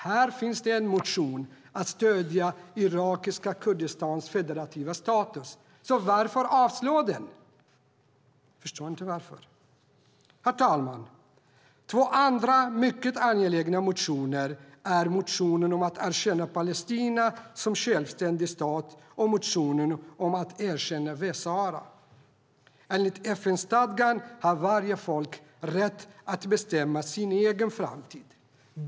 Här finns det en motion om att stödja irakiska Kurdistans federativa status, så varför avslå den? Jag förstår inte varför. Herr talman! Två andra mycket angelägna motioner är motionen om att erkänna Palestina som självständig stat och motionen om att erkänna Västsahara. Enligt FN-stadgan har varje folk rätt att bestämma sin egen framtid.